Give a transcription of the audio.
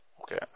Okay